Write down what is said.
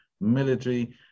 military